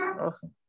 awesome